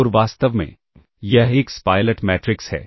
और वास्तव में यह X पायलट मैट्रिक्स है